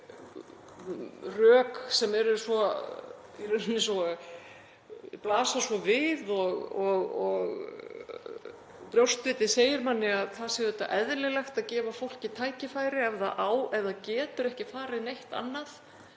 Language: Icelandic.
praktísku rök sem blasa svo við og brjóstvitið segir manni að það sé eðlilegt að gefa fólki tækifæri ef það getur ekki farið neitt annað.